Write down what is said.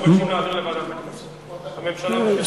אנחנו מבקשים להעביר לוועדת הכנסת, הממשלה מבקשת.